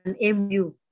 MU